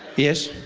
yes.